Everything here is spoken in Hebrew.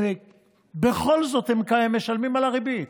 ובכל זאת הם משלמים על הריבית.